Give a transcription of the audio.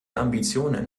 ambitionen